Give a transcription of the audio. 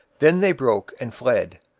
then they broke and fled.